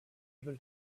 able